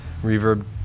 reverb